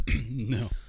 No